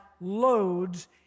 loads